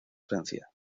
francia